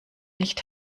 nicht